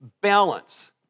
balance